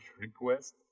request